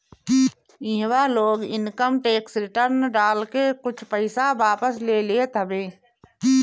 इहवा लोग income tax return डाल के कुछ पईसा वापस ले लेत हवे